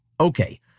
Okay